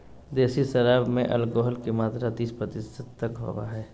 देसी शराब में एल्कोहल के मात्रा तीस प्रतिशत तक होबो हइ